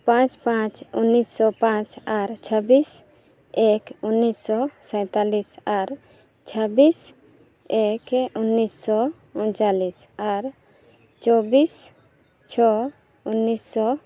ᱯᱟᱸᱪ ᱯᱟᱸᱪ ᱩᱱᱤᱥᱥᱚ ᱯᱟᱸᱪ ᱟᱨ ᱪᱷᱟᱵᱽᱵᱤᱥ ᱮᱠ ᱩᱱᱤᱥᱥᱚ ᱥᱟᱸᱭᱟᱞᱞᱤᱥ ᱟᱨ ᱪᱷᱟᱵᱽᱵᱤᱥ ᱮᱠ ᱩᱱᱤᱥᱥᱚ ᱩᱱᱪᱟᱞᱞᱤᱥ ᱟᱨ ᱪᱚᱵᱽᱵᱤᱥ ᱪᱷᱚ ᱩᱱᱤᱥᱥᱚ